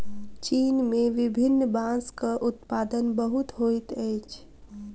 चीन में विभिन्न बांसक उत्पादन बहुत होइत अछि